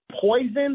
poison